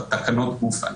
בתקנות גופן.